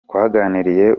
twaganiriye